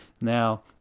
Now